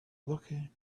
looking